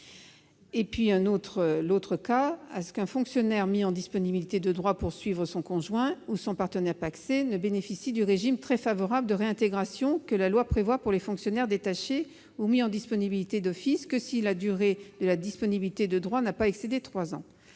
part, à faire en sorte qu'un fonctionnaire mis en disponibilité de droit pour suivre son conjoint ou son partenaire pacsé ne bénéficie du régime très favorable de réintégration que la loi prévoit pour les fonctionnaires détachés ou mis en disponibilité d'office que si la durée de la disponibilité de droit n'a pas excédé trois ans.